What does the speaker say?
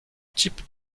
types